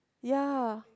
ya